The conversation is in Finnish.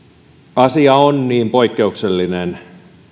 asia on niin poikkeuksellinen